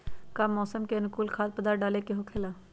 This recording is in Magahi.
का मौसम के अनुकूल खाद्य पदार्थ डाले के होखेला?